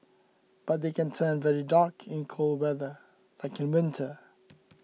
but they can turn very dark in cold weather like in winter